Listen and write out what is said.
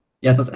yes